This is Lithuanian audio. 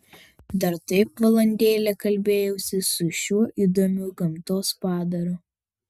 dar taip valandėlę kalbėjausi su šiuo įdomiu gamtos padaru